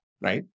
right